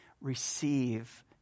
Receive